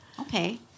Okay